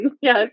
yes